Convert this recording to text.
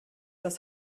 das